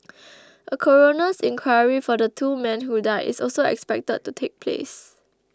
a coroner's inquiry for the two men who died is also expected to take place